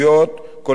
כולל בלוד,